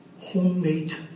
homemade